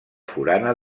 forana